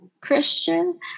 Christian